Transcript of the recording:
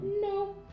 no